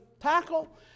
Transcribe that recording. tackle